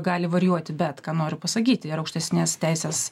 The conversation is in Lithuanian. gali varijuoti bet ką noriu pasakyti yra aukštesnės teisės